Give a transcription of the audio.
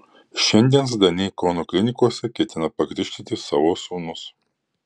šiandien zdaniai kauno klinikose ketina pakrikštyti savo sūnus